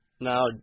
Now